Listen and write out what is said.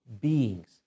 beings